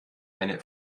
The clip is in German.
eine